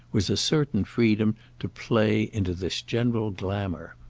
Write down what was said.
was a certain freedom to play into this general glamour.